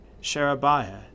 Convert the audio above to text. Sherebiah